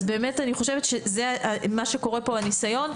אז אני חושבת שמה שקורה פה הניסיון,